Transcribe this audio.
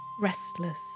restless